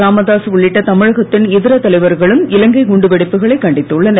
ராமதாஸ் உள்ளிட்ட தமிழகத்தின் இதர தலைவர்களும் இலங்கை குண்டு வெடிப்புகளைக் கண்டித்துள்ளனர்